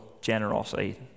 generosity